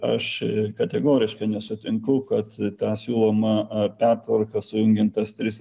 aš kategoriškai nesutinku kad tą siūlomą pertvarką sujungiant tas tris